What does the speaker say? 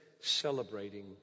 Celebrating